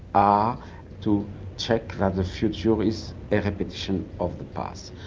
ah to check that the future is a repetition of the past.